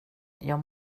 jag